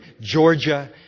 Georgia